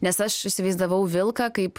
nes aš įsivaizdavau vilką kaip